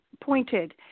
pointed